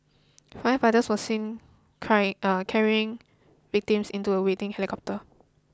firefighters were seen carry carrying victims into a waiting helicopter